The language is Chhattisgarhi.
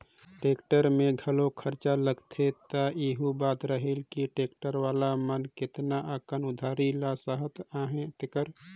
टेक्टर में घलो खरचा लागथे त एहू बात रहेल कि टेक्टर वाला मन केतना अकन उधारी ल सहत अहें तेहर